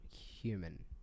human